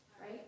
right